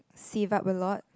save up a lot